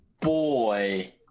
boy